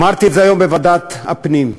אמרתי את זה היום בוועדת הפנים: